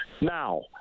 now